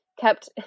kept